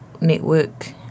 network